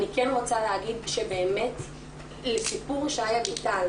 אני כן רוצה להגיד שבאמת לסיפור שי אביטל,